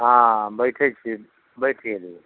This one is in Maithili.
हाँ बैठै छी बैठ गेलियै